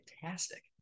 fantastic